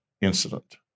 incident